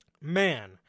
man